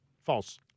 False